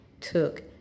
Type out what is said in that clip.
took